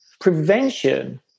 prevention